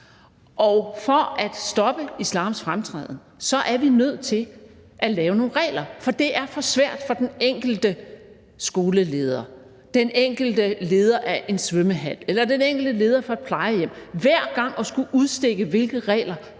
Og for at stoppe islams fremmarch er vi nødt til at lave nogle regler, for det er for svært for den enkelte skoleleder, den enkelte leder af en svømmehal eller den enkelte leder på et plejehjem hver gang at skulle udstikke, hvilke regler